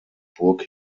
burg